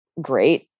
great